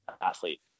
athlete